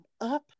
up